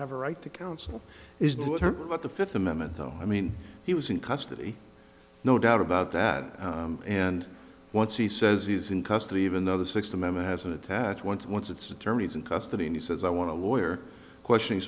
have a right to counsel is to her about the fifth amendment though i mean he was in custody no doubt about that and once he says he's in custody even though the sixth amendment has attached once once it's attorneys in custody and he says i want to lawyer question